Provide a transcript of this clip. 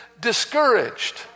discouraged